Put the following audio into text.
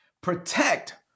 protect